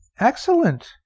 Excellent